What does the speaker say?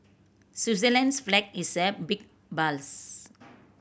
Switzerland's flag is a big plus